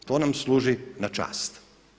To nam služi na čast.